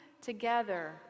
together